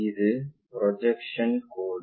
இது ப்ரொஜெக்ஷன் கோடு